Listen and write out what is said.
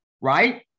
right